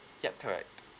yup correct